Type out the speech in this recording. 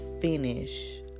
finish